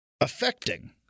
affecting